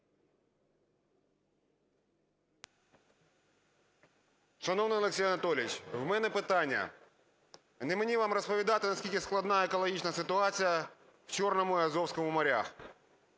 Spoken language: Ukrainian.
Шановний Олексій Анатолійович! В мене питання. Не мені вам розповідати, наскільки складна екологічна ситуація в Чорному і Азовському морях.